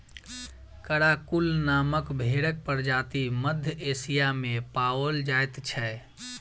Karakul नामक भेंड़क प्रजाति मध्य एशिया मे पाओल जाइत छै